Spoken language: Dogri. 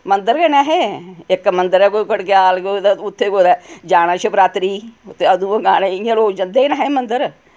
मंदर गै नि ऐ हे इक मंदर ऐ कोई कड़गयाल कोई ते उत्थै कुतै जाना शिवरात्रि ते उदूं गै गाने इ'यां लोक जन्दे गै नि ऐ हे मंदर